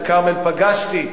בבקשה.